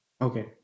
okay